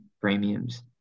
premiums